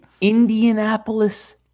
Indianapolis